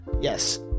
yes